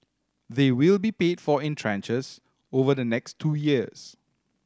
they will be paid for in tranches over the next two years